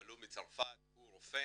הם עלו מצרפת, הוא רופא,